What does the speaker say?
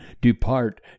DEPART